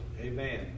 Amen